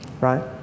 right